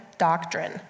doctrine